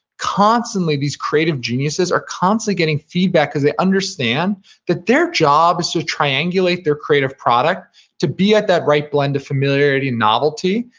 constantly these creative geniuses are constantly getting feedback, because they understand that their job is to triangulate their creative product to be at that right blend of familiarity and novelty.